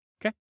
Okay